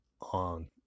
on